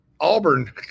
Auburn